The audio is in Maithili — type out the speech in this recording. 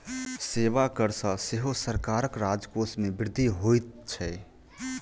सेवा कर सॅ सेहो सरकारक राजकोष मे वृद्धि होइत छै